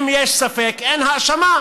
אם יש ספק, אין האשמה.